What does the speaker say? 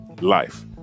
life